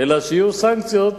אלא שיהיו סנקציות,